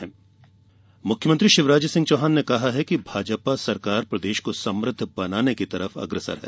जन आशीर्वाद यात्रा मुख्यमंत्री शिवराज सिंह चौहान ने कहा है कि भाजपा सरकार प्रदेश को समुद्ध बनाने की ओर अग्रसर है